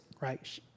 right